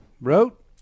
wrote